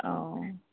অঁ